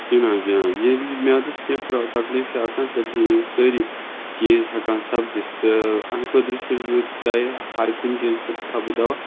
جِناب جِناب ییٚلہِ میٛادَس کیٚنٛہہ پرٛا تکلیٖف چھِ آسان تیٚلہِ چھِ یِم سٲری چیٖز ہٮ۪کان سَپدِتھ تہٕ اَمہِ خٲطرٕ چھُس بہٕ تۄہہِ ہَرٕ کُنہِ چیٖزٕ خٲطرٕ تھاوٕ بہٕ دوا